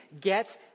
get